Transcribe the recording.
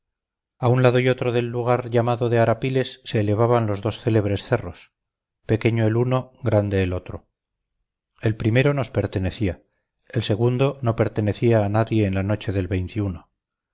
a un lado y otro del lugar llamado de arapiles se elevaban los dos célebres cerros pequeño el uno grande el otro el primero nos pertenecía el segundo no pertenecía a nadie en la noche del